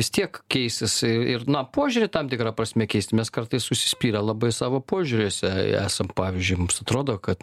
vis tiek keisis ir na požiūrį tam tikra prasme keisti mes kartais užsispyrę labai savo požiūriuose esam pavyzdžiui mums atrodo kad